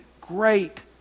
great